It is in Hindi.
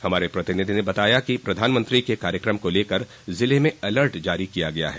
हमारे प्रतिनिधि ने बताया कि प्रधानमंत्री के कार्यक्रम को लेकर जिले में अलर्ट जारी कर दिया गया है